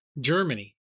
Germany